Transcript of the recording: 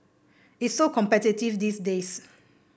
it's so competitive these days